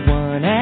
one